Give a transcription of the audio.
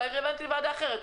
אולי היא רלוונטית לוועדה אחרת.